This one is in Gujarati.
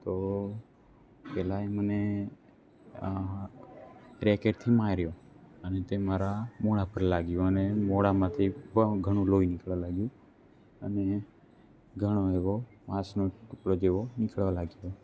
તો પેલાએ મને રેકેટથી માર્યો અને તે મારા મોઢા પર લાગ્યું અને મોઢામાંથી પણ ઘણું લોહી નીકળવા લાગ્યું અને ઘણો એવો માસનો ટુકડો જેવો નિકળવા લાગ્યો તો